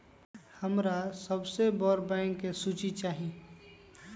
हमरा सबसे बड़ बैंक के सूची चाहि